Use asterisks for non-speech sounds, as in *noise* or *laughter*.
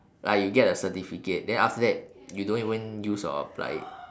like you get a certificate then after that *noise* you don't even use or apply it